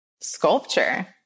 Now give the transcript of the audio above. Sculpture